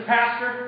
Pastor